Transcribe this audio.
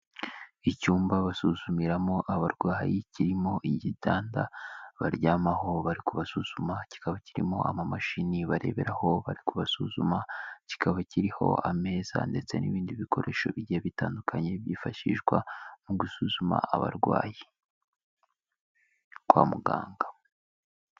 Icyumba basuzumiramo abarwayi, kirimo igitanda baryamaho bari kubasuzuma, kikaba kirimo amamashini bareberaho bari kubasuzuma, kikaba kiriho ameza ndetse n'ibindi bikoresho bigiye bitandukanye byifashishwa mu gusuzuma abarwayi, kwa muganga.